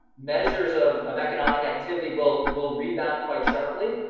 measures of of economic activity will will rebound quite sharply,